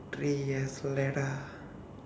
three years later